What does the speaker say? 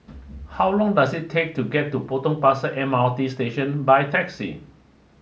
how long does it take to get to Potong Pasir M R T Station by taxi